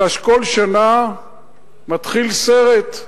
אלא שכל שנה מתחיל סרט: